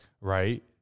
right